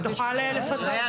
שתוכל לפצות.